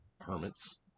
hermits